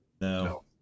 No